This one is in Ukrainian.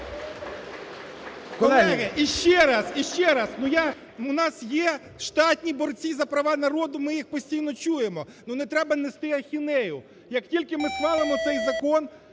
Колеги, іще раз, іще раз, ну, я… у нас є штатні борці за права народу, ми їх постійно чуємо. Ну, не треба нести ахінею. Як тільки ми схвалимо цей закон,